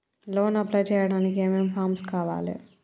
Loan apply చేయడానికి ఏం ఏం ఫామ్స్ కావాలే?